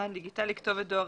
"מען דיגיטלי כתובת דואר